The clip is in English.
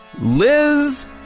Liz